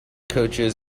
coaches